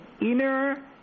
inner